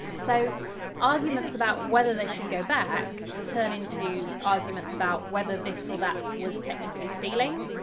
so arguments about whether they should go back turn into arguments about whether this or that was technically stealing,